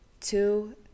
Two-